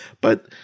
but-